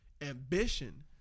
ambition